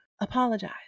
apologize